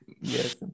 Yes